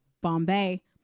Bombay